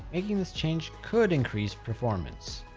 making this change could increase performance.